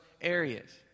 areas